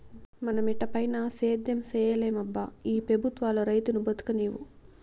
మన మిటపైన సేద్యం సేయలేమబ్బా ఈ పెబుత్వాలు రైతును బతుకనీవు